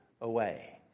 away